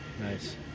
Nice